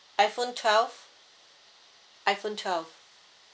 iphone twelve iphone twelve